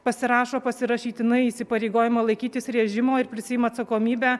pasirašo pasirašytinai įsipareigojimą laikytis režimo ir prisiima atsakomybę